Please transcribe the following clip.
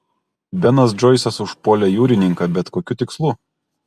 benas džoisas užpuolė jūrininką bet kokiu tikslu